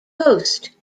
post